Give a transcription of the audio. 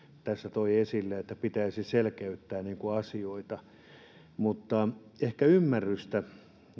tässä toi esille että pitäisi selkeyttää asioita tuoda ymmärrystä